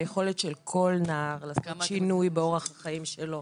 ביכולת של כל נער לעשות שינוי באורח החיים שלו